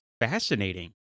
fascinating